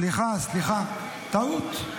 סליחה, סליחה, טעות.